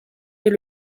est